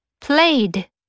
Played